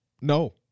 No